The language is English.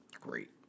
Great